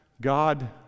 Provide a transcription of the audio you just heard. God